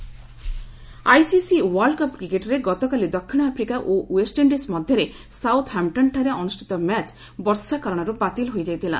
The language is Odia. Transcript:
ୱାର୍ଲଡକପ୍ ଆଇସିସି ଓ୍ୱାର୍ଲଡକପ୍ କ୍ରିକେଟ୍ରେ ଗତକାଲି ଦକ୍ଷିଣ ଆଫ୍ରିକା ଓ ଓ୍ୱେଷ୍ଟଇଣ୍ଡିଜ୍ ମଧ୍ୟରେ ସାଉଥ୍ ହାମ୍ପ୍ଟନ୍ଠାରେ ଅନୁଷ୍ଠିତ ମ୍ୟାଚ୍ ବର୍ଷା କାରଣରୁ ବାତିଲ ହୋଇ ଯାଇଥିଲା